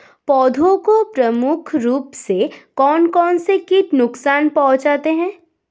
पौधों को प्रमुख रूप से कौन कौन से कीट नुकसान पहुंचाते हैं?